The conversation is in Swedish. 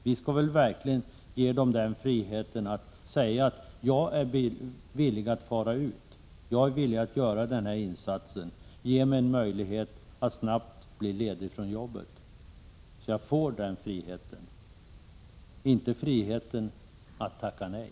Vi borde väl ge dem möjligheten att säga: Jag är villig att resa ut, jag är villig att göra den här insatsen, ge mig en möjlighet att snabbt bli ledig från arbetet, så att jag får den friheten, inte friheten att tacka nej.